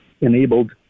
enabled